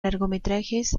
largometrajes